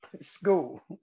School